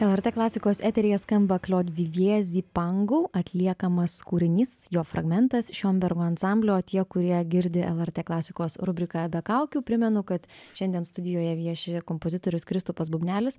lrt klasikos eteryje skamba kliod vivjė zi pangu atliekamas kūrinys jo fragmentas šiombergo ansamblio tie kurie girdi lrt klasikos rubriką be kaukių primenu kad šiandien studijoje vieši kompozitorius kristupas bubnelis